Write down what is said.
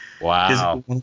Wow